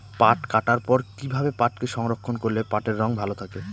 পাট কাটার পর কি ভাবে পাটকে সংরক্ষন করলে পাটের রং ভালো থাকে?